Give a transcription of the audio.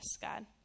God